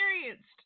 experienced